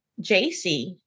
JC